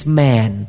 man